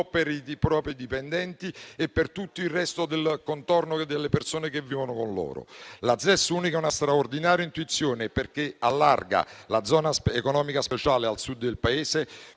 per i propri dipendenti e per tutto il contorno delle persone che vivono con loro. La ZES unica è una straordinaria intuizione, perché allarga la zona economica speciale al Sud del Paese,